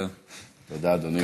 תודה, אדוני.